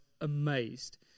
amazed